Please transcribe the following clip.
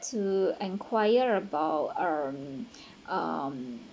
to enquire about um um